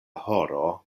horo